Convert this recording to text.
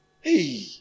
Hey